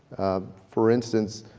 for instance,